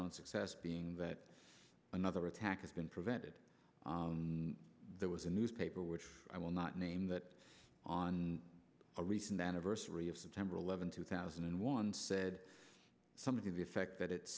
own success being that another attack has been prevented there was a newspaper which i will not name that on a recent anniversary of september eleventh two thousand and one said something to the effect that it